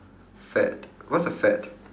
fad what's a fad